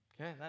Okay